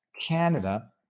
Canada